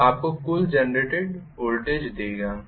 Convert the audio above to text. वह आपको कुल जेनरेटेड वोल्टेज देगा